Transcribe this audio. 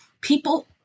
people